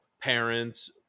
parents